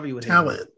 talent